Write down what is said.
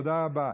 תודה רבה.